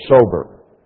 sober